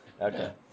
Okay